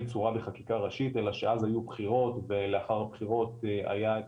צורה בחקיקה ראשית אלא שאז היו בחירות ולאחר הבחירות היה את